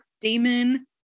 Damon